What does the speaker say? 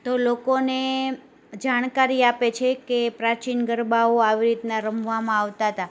તો લોકોને જાણકારી આપે છે કે પ્રાચીન ગરબાઓ આવી રીતના રમવામાં આવતા હતા